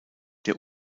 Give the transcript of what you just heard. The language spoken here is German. der